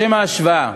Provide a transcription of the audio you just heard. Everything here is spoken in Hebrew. לשם ההשוואה,